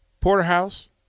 Porterhouse